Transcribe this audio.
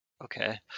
Okay